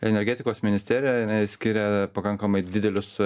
energetikos ministerija jinai skiria pakankamai didelius